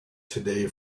today